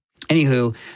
Anywho